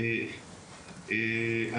באופן עקרוני,